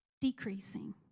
decreasing